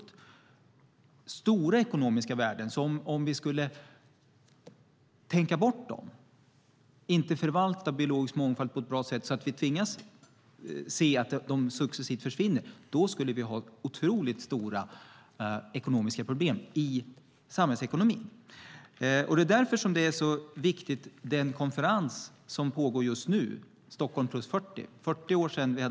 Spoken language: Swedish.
Det är stora ekonomiska värden. Om vi skulle tänka bort dem och låta bli att förvalta biologisk mångfald på ett bra sätt så att vi skulle tvingas se att den successivt försvinner skulle vi ha otroligt stora ekonomiska problem i samhällsekonomin. Det är därför den konferens som pågår just nu, Stockholm + 40, är så viktig.